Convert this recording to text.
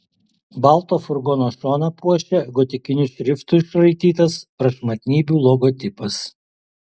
balto furgono šoną puošė gotikiniu šriftu išraitytas prašmatnybių logotipas